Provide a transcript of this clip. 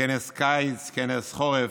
כנס קיץ, כנס חורף.